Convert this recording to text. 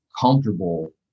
comfortable